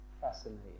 fascinating